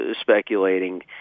speculating